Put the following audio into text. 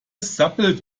sabbelt